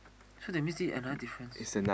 so that means this is another difference